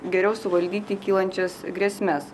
geriau suvaldyti kylančias grėsmes